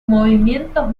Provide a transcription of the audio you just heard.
movimientos